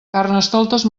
carnestoltes